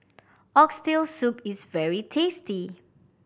Oxtail Soup is very tasty